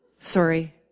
Sorry